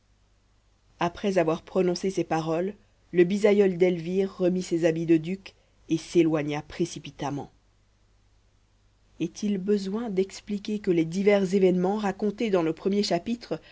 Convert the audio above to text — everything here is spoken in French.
après avoir prononcé ces paroles le bisaïeul d'elvire remit ses habits de duc et s'éloigna précipitamment est-il besoin d'expliquer que les divers évènements racontés dans nos premiers chapitres